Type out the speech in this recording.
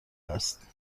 است